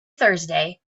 thursday